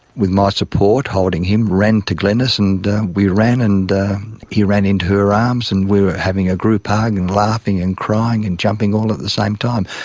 with my support, holding him, ran to glenys, and we ran and he ran into her arms, and we were having a group hug and laughing and crying and jumping all at the same time.